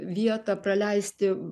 vietą praleisti